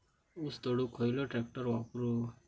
ऊस तोडुक खयलो ट्रॅक्टर वापरू?